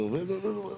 זה עובד הדבר הזה?